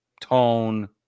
tone